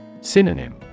Synonym